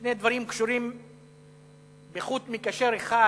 שני דברים קשורים בחוט מקשר אחד